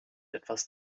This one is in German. etwas